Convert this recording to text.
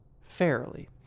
fairly